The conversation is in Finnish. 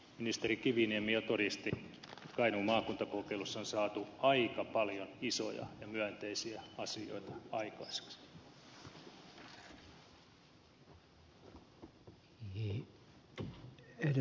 ministeri kiviniemi jo todisti että kainuun maakuntakokeilussa on saatu aika paljon isoja ja myönteisiä asioita aikaiseksi